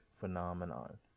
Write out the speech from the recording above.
phenomenon